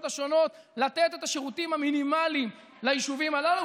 השונות לתת את השירותים המינימליים ליישובים הללו,